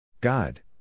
God